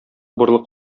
убырлы